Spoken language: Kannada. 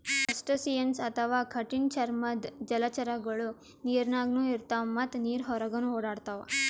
ಕ್ರಸ್ಟಸಿಯನ್ಸ್ ಅಥವಾ ಕಠಿಣ್ ಚರ್ಮದ್ದ್ ಜಲಚರಗೊಳು ನೀರಿನಾಗ್ನು ಇರ್ತವ್ ಮತ್ತ್ ನೀರ್ ಹೊರಗನ್ನು ಓಡಾಡ್ತವಾ